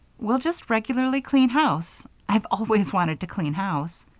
we'll just regularly clean house i've always wanted to clean house.